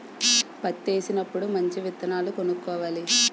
పత్తేసినప్పుడు మంచి విత్తనాలు కొనుక్కోవాలి